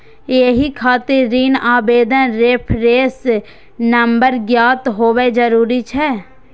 एहि खातिर ऋण आवेदनक रेफरेंस नंबर ज्ञात होयब जरूरी छै